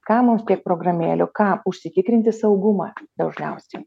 kam mums tiek programėlių kam užsitikrinti saugumą dažniausiai